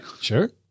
Sure